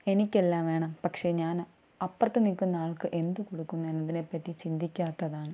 എനിക്കെല്ലാം വേണം പക്ഷെ ഞാൻ അപ്പുറത്ത് നിൽക്കുന്ന ആൾക്ക് എന്ത് കൊടുക്കും എന്നതിനെ പറ്റി ചിന്തിക്കാത്തതാണ്